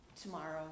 tomorrow